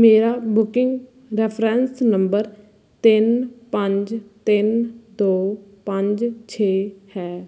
ਮੇਰਾ booking reference number ਤਿੰਨ ਪੰਜ ਤਿੰਨ ਦੋ ਪੰਜ ਛੇ ਹੈ